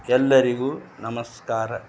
ಎಲ್ಲರಿಗೂ ನಮಸ್ಕಾರ